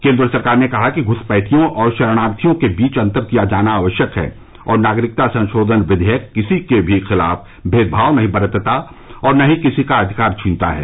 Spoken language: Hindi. केन्द्र सरकार ने कहा है कि घुसपैठियों और शरणार्थियों के बीच अंतर किया जाना आवश्यक है और नागरिकता संशोधन विधेयक किसी के भी खिलाफ भेदभाव नहीं बरतता और न ही किसी का अधिकार छीनता है